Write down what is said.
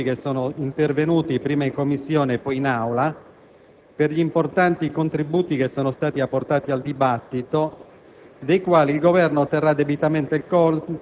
Un ringraziamento va esteso a tutti i senatori che sono intervenuti prima in Commissione e poi in Aula per gli importanti contributi che sono stati apportati al dibattito,